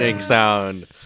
sound